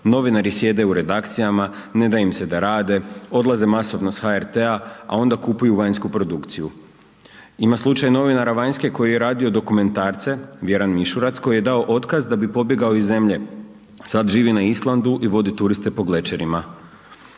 Novinari sjede u redakcijama, ne da im se da rade, odlaze masovno s HRT-a, a onda kupuju vanjsku produkciju. Ima slučaj novinara vanjske koji je radio dokumentarce Vjeran Mišurac koji je dao otkaz da bi pobjegao iz zemlje. Sad živi na Islandu i vodi turiste po glečerima.